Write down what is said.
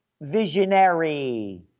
visionary